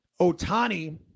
Otani